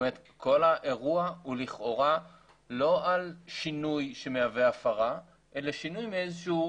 כל האירוע הוא לכאורה לא על שינוי שמהווה הפרה אלא שינוי מאיזשהו